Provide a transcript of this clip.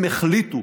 הם החליטו